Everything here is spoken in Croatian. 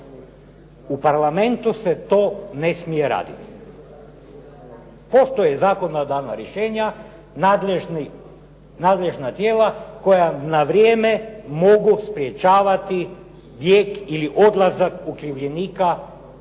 U Parlamentu se to ne smije raditi. Postoje zakonodavna rješenja nadležna tijela koja na vrijeme mogu sprječavati bijeg ili odlazak okrivljenika u